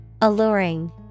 Alluring